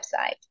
website